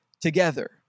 together